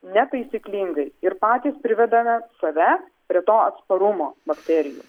netaisyklingai ir patys privedame save prie to atsparumo bakterijų